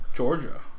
Georgia